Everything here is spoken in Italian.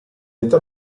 età